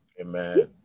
Amen